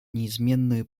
неизменную